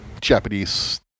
Japanese